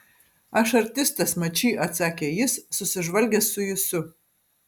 aš artistas mačy atsakė jis susižvalgęs su jusiu